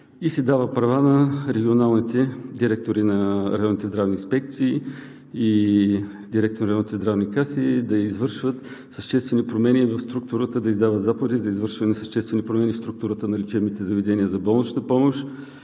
се права на регионалните директори на районните здравни инспекции и директори на районните здравни каси да извършват съществени промени в структурата, да издават заповеди за извършване на съществени промени в структурата на лечебните заведения за болнична помощ,